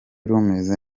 rumeze